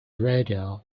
radar